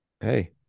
Hey